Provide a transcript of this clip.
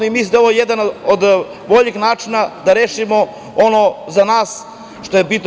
I mislim da je ovo jedan od boljih načina da rešimo ono za nas što je bitno.